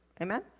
amen